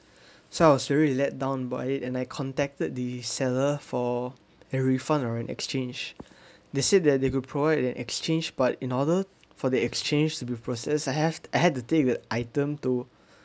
so I was very let down on it and I contacted the seller for a refund or exchange they said that they would provide an exchange but in order for the exchange with processed I have I had to take the item to